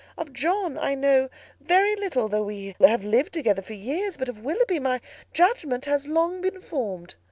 of john i know very little, though we have lived together for years but of willoughby my judgment has long been formed.